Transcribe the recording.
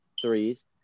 threes